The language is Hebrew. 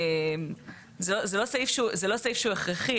זה לא סעיף שהוא הכרחי.